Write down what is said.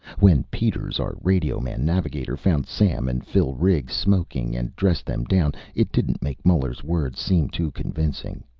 when peters, our radioman-navigator, found sam and phil riggs smoking and dressed them down, it didn't make muller's words seem too convincing.